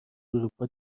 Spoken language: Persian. اروپا